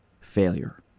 failure